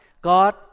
God